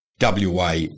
WA